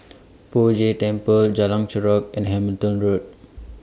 Poh Jay Temple Jalan Chorak and Hamilton Road